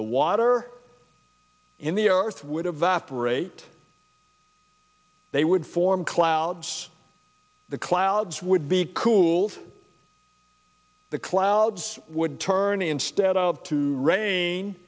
the water in the earth would evaporate they would form clouds the clouds would be cooled the clouds would turn instead of to rain